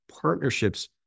partnerships